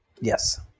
yes